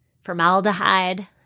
formaldehyde